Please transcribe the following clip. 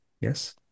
yes